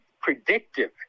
predictive